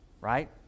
right